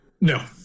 No